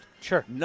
Sure